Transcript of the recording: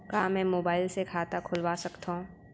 का मैं मोबाइल से खाता खोलवा सकथव?